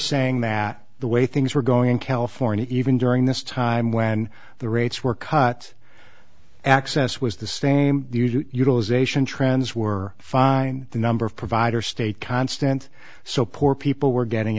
saying that the way things were going california even during this time when the rates were cut access was the sting utilization trends were fine the number of providers stayed constant so poor people were getting